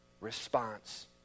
response